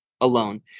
alone